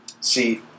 See